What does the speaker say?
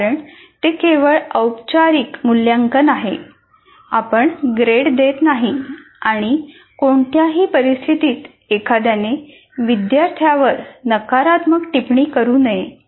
कारण ते केवळ औपचारिक मूल्यांकन आहे आपण ग्रेड देत नाही आणि कोणत्याही परिस्थितीत एखाद्याने विद्यार्थ्यावर नकारात्मक टिप्पणी करू नये